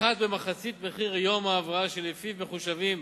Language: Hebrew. יפחת במחצית מחיר יום ההבראה שלפיו מחושבים